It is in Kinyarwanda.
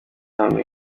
hamwe